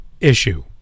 issue